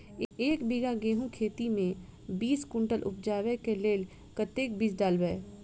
एक बीघा गेंहूँ खेती मे बीस कुनटल उपजाबै केँ लेल कतेक बीज डालबै?